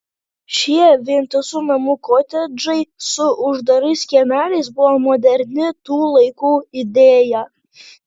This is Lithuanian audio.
šie vientisų namų kotedžai su uždarais kiemeliais buvo moderni tų laikų idėja